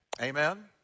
Amen